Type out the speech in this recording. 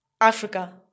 Africa